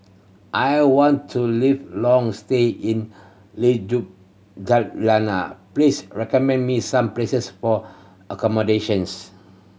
I want to live a long stay in please recommend me some places for accommodations